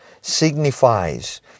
signifies